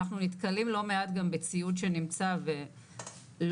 אנחנו נתקלים לא מעט גם בציוד שנמצא ולא